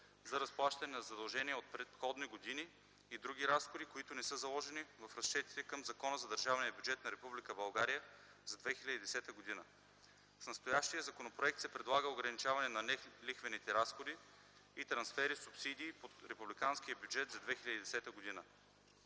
за разплащане на задължения от предходни години и други разходи, които не са заложени в разчетите към Закона за държавния бюджет на Република България за 2010 г. С настоящия законопроект се предлага ограничаване на нелихвените разходи и трансфери/субсидии по републиканския